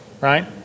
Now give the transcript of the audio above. right